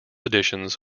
editions